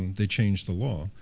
they changed the law.